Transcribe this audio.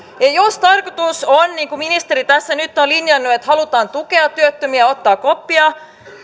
ja jos tarkoitus on niin kuin ministeri tässä nyt on linjannut että halutaan tukea työttömiä ottaa koppia